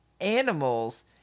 animals